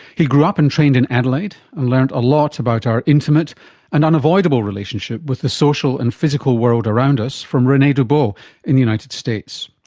he grew up and trained in adelaide and learned a lot about our intimate and unavoidable relationship with the social and physical world around us from rene dubos in the united states.